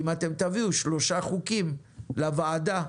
אם אתם תביאו שלושה חוקים לוועדה.